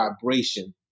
vibration